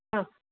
ആ